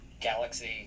Galaxy